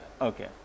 Okay